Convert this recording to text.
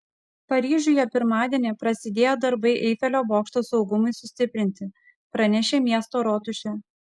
paryžiuje pirmadienį prasidėjo darbai eifelio bokšto saugumui sustiprinti pranešė miesto rotušė